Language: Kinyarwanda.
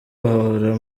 bahora